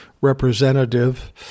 representative